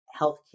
healthcare